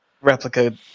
replica